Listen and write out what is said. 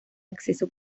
acceso